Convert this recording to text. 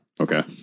Okay